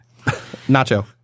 Nacho